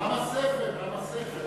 עם הספר, עם הספר.